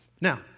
Now